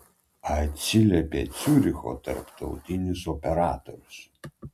atsiliepė ciuricho tarptautinis operatorius